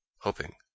hoping